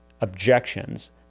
objections